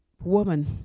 woman